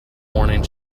morning